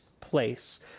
place